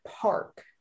park